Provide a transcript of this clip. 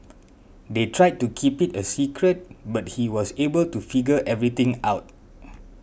they tried to keep it a secret but he was able to figure everything out